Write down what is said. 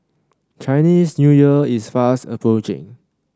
Chinese New Year is fast approaching